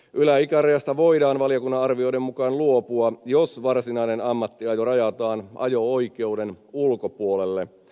yläikärajasta voidaan valiokunnan arvioiden mukaan luopua jos varsinainen ammattiajo rajataan ajo oikeuden ulkopuolelle